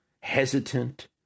hesitant